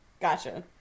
Gotcha